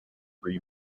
three